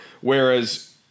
whereas